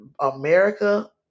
america